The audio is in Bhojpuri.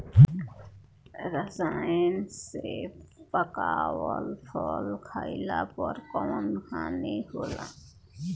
रसायन से पकावल फल खइला पर कौन हानि होखेला?